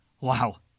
Wow